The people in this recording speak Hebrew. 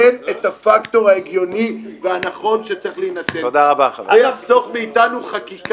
תן את הפקטור ההגיוני והנכון שצריך להינתן ולחסוך מאתנו חקיקה.